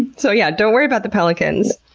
so yeah, don't worry about the pelicans.